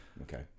Okay